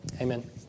Amen